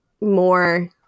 more –